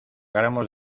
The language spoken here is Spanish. gramos